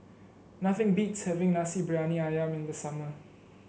nothing beats having Nasi Briyani ayam in the summer